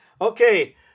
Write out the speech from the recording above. Okay